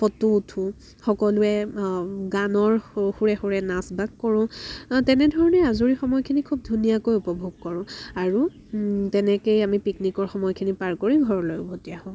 photo উঠোঁ সকলোৱে গানৰ সু সুৰে সুৰে নাচ বাগ কৰোঁ তেনেধৰণে আজৰি সময়খিনি খুব ধুনীয়াকৈ উপভোগ কৰোঁ আৰু তেনেকেই আমি পিকনিকৰ সময়খিনি পাৰ কৰি ঘৰলৈ ওভতি আহোঁ